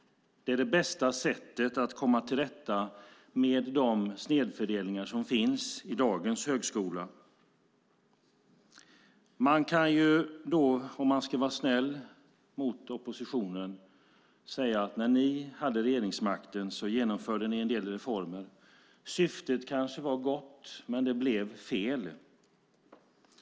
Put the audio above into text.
Det är det bästa sättet att komma till rätta med de snedfördelningar som finns i dagens högskola. Om man ska vara snäll mot oppositionen kan man säga att när ni hade regeringsmakten genomförde ni en del reformer. Syftet var kanske gott men det blev fel.